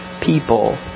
people